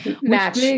Match